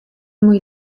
muy